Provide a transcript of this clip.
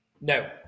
No